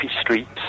streets